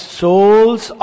souls